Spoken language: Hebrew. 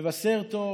מבשר טוב,